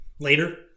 later